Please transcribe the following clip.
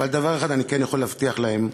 אבל דבר אחד אני כן יכול להבטיח להם,